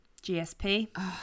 GSP